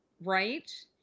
right